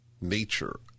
nature